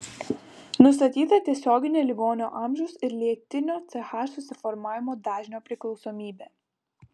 nustatyta tiesioginė ligonio amžiaus ir lėtinio ch susiformavimo dažnio priklausomybė